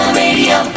radio